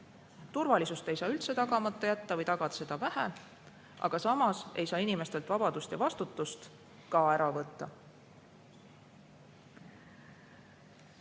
Turvalisust ei saa üldse tagamata jätta või tagada seda vähe, aga samas ei saa inimestelt vabadust ja vastutust ka ära võtta.